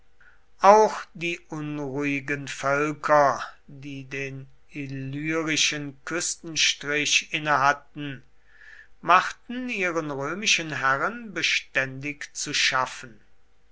auch die unruhigen völker die den illyrischen küstenstrich innehatten machten ihren römischen herren beständig zu schaffen